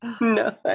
No